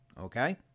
Okay